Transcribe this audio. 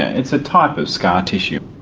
it's a type of scar tissue.